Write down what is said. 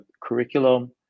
curriculum